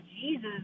Jesus